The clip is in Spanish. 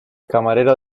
camarero